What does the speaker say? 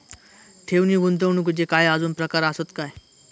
ठेव नी गुंतवणूकचे काय आजुन प्रकार आसत काय?